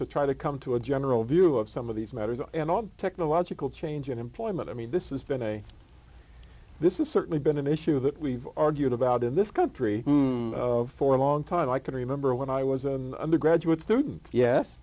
to try to come to a general view of some of these matters and all of technological change in employment i mean this is been a this is certainly been an issue that we've argued about in this country for a long time i can remember when i was a graduate student